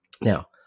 Now